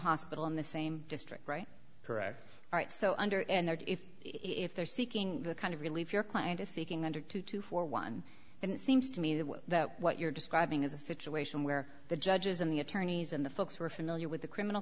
hospital in the same district right correct right so under and they're if if they're seeking the kind of relief your client is seeking under two two four one and it seems to me that what you're describing is a situation where the judges and the attorneys and the folks who are familiar with the criminal